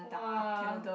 !wah!